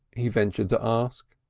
he ventured to ask.